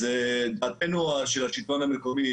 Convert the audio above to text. אז דעתנו של השלטון המקומי,